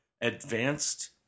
advanced